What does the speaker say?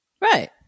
right